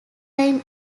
time